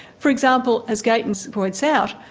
for example, as gatens points out,